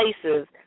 places